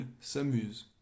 s'amuse